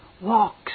walks